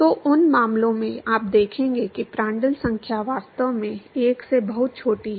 तो उन मामलों में आप देखेंगे कि प्रांड्टल संख्या वास्तव में 1 से बहुत छोटी है